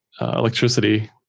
electricity